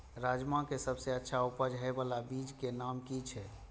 राजमा के सबसे अच्छा उपज हे वाला बीज के नाम की छे?